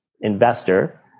investor